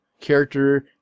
character